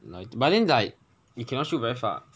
like but then like you cannot shoot very far